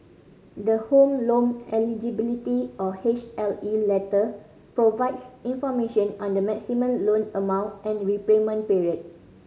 the Home Loan Eligibility or H L E letter provides information on the maximum loan amount and repayment period